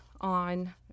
on